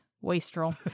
Wastrel